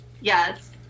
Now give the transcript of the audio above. Yes